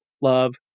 love